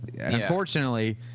unfortunately